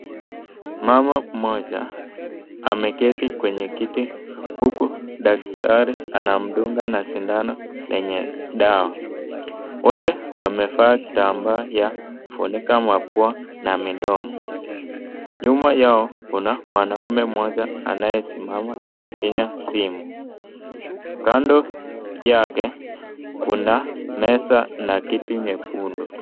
Mama mmoja ameketi kwenye kiti huku daktari anamdunga na sindano lenye dawa. Wote wamevaa kitambaa ya kufunika mapua na midomo. Nyuma yao kuna mwanaume mmoja ane simama akifinya simu. Kando yake kuna meza na kiti nyekundu.